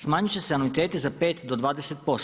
Smanjiti će se anuiteti za 5 do 20%